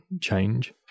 change